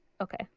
Okay